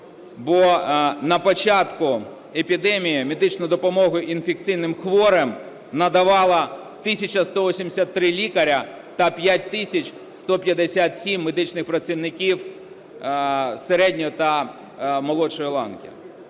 бо на початку епідемії медичну допомогу інфекційним хворим надавала 1 тисяча 183 лікаря та 5 тисяч 157 медичних працівників середньої та молодшої ланки.